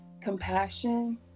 compassion